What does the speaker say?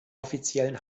offiziellen